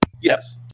Yes